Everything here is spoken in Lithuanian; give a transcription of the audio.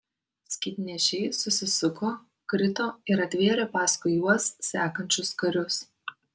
skydnešiai susisuko krito ir atvėrė paskui juos sekančius karius